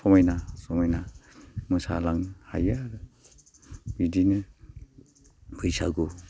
समायना समायना मोसालांनो हायो बिदिनो बैसागु